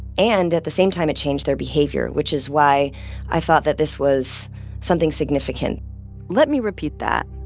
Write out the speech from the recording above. and at the same time, it changed their behavior, which is why i thought that this was something significant let me repeat that.